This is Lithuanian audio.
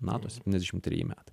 nato septyniasdešim treji metai